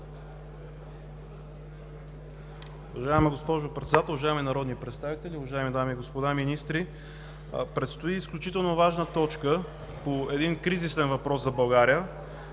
Уважаема госпожо Председател, уважаеми народни представители, уважаеми дами и господа министри! Предстои изключително важна точка по един кризисен въпрос за България